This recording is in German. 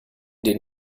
den